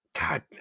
god